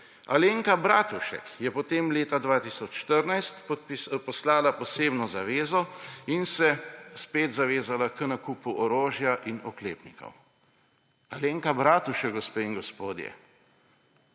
Alenka Bratušek je potem leta 2014 poslala posebno zavezo in se spet zavezala k nakupu orožja in oklepnikov. Alenka Bratušek, gospe in gospodje!